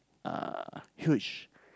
uh huge